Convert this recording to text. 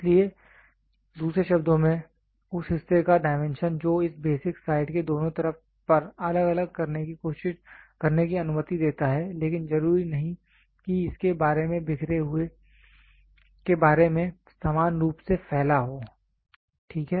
इसलिए दूसरे शब्दों में उस हिस्से का डायमेंशन जो इस बेसिक साइड के दोनों तरफ पर अलग अलग करने की अनुमति देता है लेकिन जरूरी नहीं कि इसके बारे में बिखरे हुए के बारे में समान रूप से फैला हो ठीक है